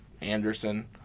Anderson